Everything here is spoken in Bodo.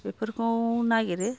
बेफोरखौ नागिरो